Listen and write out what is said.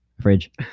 Fridge